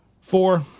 Four